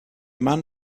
man